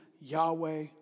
Yahweh